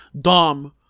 Dom